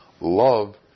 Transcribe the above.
love